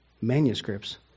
manuscripts